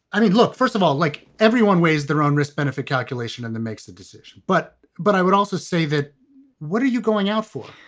i mean, look, first of all, like everyone weighs their own risk benefit calculation and it makes a decision. but but i would also say that what are you going out for?